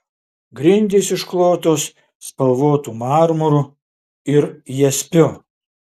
grindys išklotos spalvotu marmuru ir jaspiu